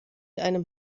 einem